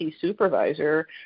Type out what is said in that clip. supervisor